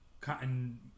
cotton